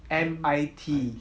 M_I_T